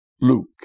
Luke